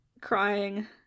crying